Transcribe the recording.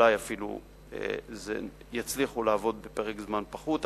אולי אפילו יצליחו לעבוד בפרק זמן קצר יותר,